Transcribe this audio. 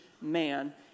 man